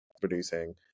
producing